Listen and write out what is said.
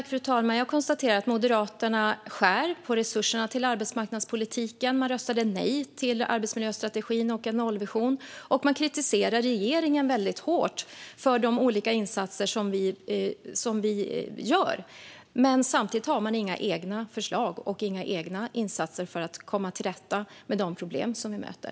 Fru talman! Jag konstaterar att Moderaterna skär ned på resurserna till arbetsmarknadspolitiken. De röstade nej till arbetsmiljöstrategin och en nollvision. De kritiserar även regeringen väldigt hårt för de olika insatser som görs. Samtidigt har de inga egna förslag eller insatser för att komma till rätta med de problem vi möter.